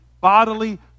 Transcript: bodily